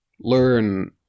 learn